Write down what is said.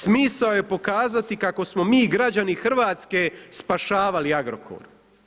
Smisao je pokazati kako smo mi građani Hrvatske spašavali Agrokor.